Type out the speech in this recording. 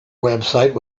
website